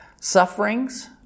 Sufferings